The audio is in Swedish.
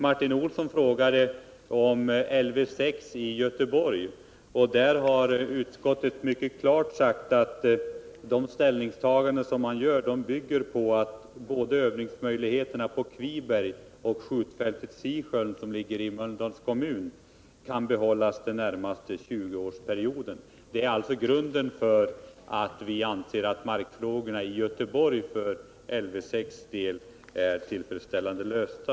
Martin Olsson frågade om Lv 6 i Göteborg, och på den punkten har utskottet mycket klart uttalat att de ställningstaganden man gör bygger på att både övningsmöjligheterna på Kviberg och skjutfältet vid Sisjön, som ligger i Mölndals kommun, kan behållas under den närmaste 20-årsperioden. Det är bakgrunden till att vi anser att markfrågorna i Göteborg för Lv6 är tillfredsställande lösta.